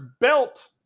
belt